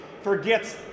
forgets